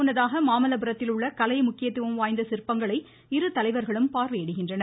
முன்னதாக மாமல்லபுரத்தில் உள்ள கலை முக்கியத்துவம் வாய்ந்த சிற்பங்களை இருதலைவர்களும் பார்வையிடுகின்றனர்